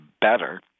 better